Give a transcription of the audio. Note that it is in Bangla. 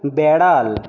বেড়াল